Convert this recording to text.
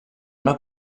una